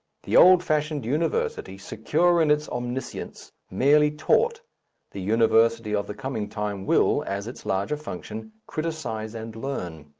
the old-fashioned university, secure in its omniscience, merely taught the university of the coming time will, as its larger function, criticize and learn.